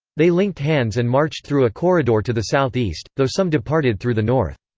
they linked hands and marched through a corridor to the southeast, though some departed through the north.